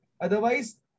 Otherwise